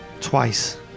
twice